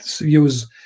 use